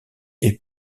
est